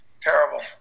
terrible